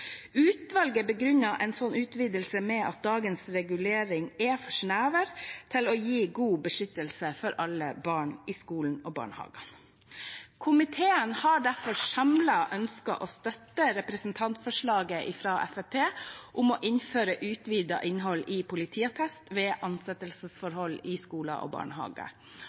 Utvalget begrunner en slik utvidelse med at dagens regulering er for snever til å gi god beskyttelse for alle barn i skoler og barnehager. Komiteen har derfor samlet ønsket å støtte representantforslaget fra Fremskrittspartiet om å innføre utvidet innhold i politiattester ved ansettelsesforhold i skoler og